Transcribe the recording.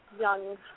young